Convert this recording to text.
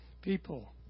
people